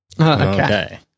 Okay